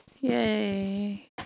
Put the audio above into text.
Yay